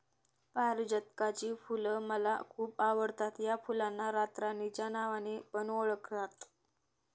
पारीजातकाची फुल मला खूप आवडता या फुलांना रातराणी च्या नावाने पण ओळखतात